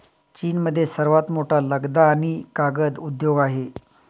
चीनमध्ये सर्वात मोठा लगदा आणि कागद उद्योग आहे